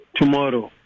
tomorrow